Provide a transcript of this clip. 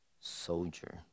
soldier